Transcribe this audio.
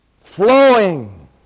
flowing